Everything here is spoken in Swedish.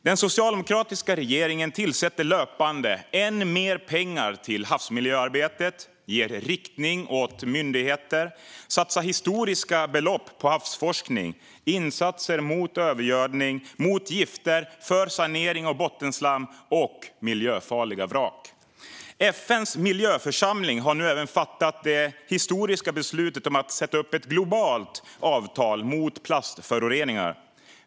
Den socialdemokratiska regeringen tillför löpande mer pengar till havsmiljöarbetet, ger riktning åt myndigheter, satsar historiska belopp på havsforskning, på insatser mot övergödning, mot gifter samt för sanering av bottenslam och miljöfarliga vrak. FN:s miljöförsamling har nu även fattat det historiska beslutet att sätta upp ett globalt avtal mot plastföroreningar.